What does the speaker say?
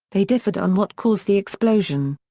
they differed on what caused the explosion.